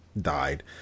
died